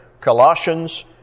Colossians